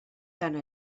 tant